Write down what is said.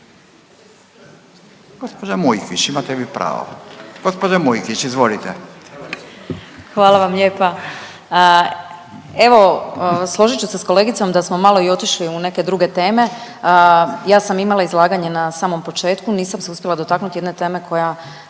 Gospođa Mujkić imate vi pravo. Gospođa Mujkić, izvolite. **Mujkić, Ivana (DP)** Hvala vam lijepa. Evo složit ću se s kolegicom da smo malo i otišli u neke druge teme. Ja sam imala izlaganje na samom početku, nisam se uspjela dotaknuti jedne teme koja,